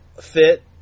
Fit